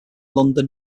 london